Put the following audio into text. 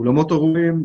ואולמות אירועים,